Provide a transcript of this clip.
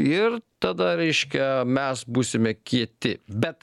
ir tada reiškia mes būsime kieti bet